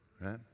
right